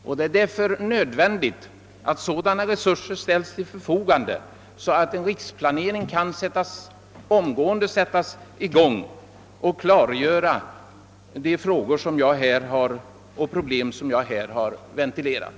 Därför är det nödvändigt att sådana resurser ställs till förfogande, att en riksplanering omedelbart kan sättas i gång och ge svar på de frågor som jag här har ventilerat.